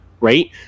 right